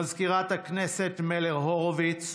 מזכירת הכנסת מלר-הורוביץ,